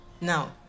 Now